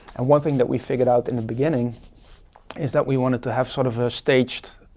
and one thing that we figured out in the beginning is that we wanted to have sort of a staged